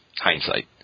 hindsight